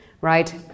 right